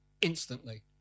instantly